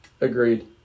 Agreed